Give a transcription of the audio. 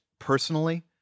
Personally